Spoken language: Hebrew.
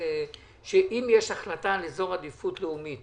אם יש החלטה על אזור עדיפות לאומית